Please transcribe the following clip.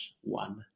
one